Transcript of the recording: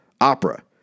opera